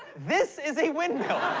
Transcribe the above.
this is a windmill.